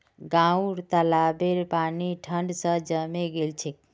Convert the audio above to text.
गांउर तालाबेर पानी ठंड स जमें गेल छेक